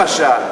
למשל,